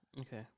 Okay